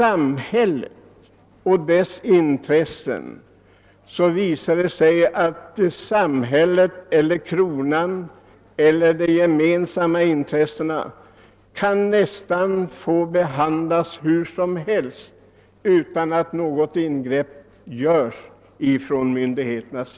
När det är fråga om samhällets eller kronans eller dessa parters gemensamma intressen kan emellertid nästan vad som helst få förekomma utan att något ingripande görs av myndigheterna.